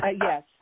yes